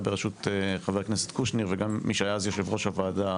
בראשות חבר הכנסת קושניר וגם מי שהיה אז יושב-ראש הוועדה,